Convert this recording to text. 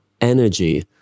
energy